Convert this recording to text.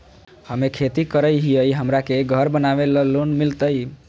हमे खेती करई हियई, हमरा के घर बनावे ल लोन मिलतई?